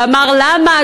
ואמר: למה,